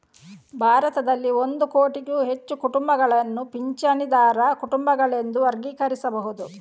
ಭಾರತದಲ್ಲಿ ಒಂದು ಕೋಟಿಗೂ ಹೆಚ್ಚು ಕುಟುಂಬಗಳನ್ನು ಪಿಂಚಣಿದಾರ ಕುಟುಂಬಗಳೆಂದು ವರ್ಗೀಕರಿಸಬಹುದು